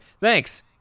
Thanks